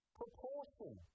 proportion